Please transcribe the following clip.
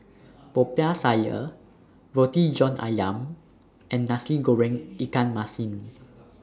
Popiah Sayur Roti John Ayam and Nasi Goreng Ikan Masin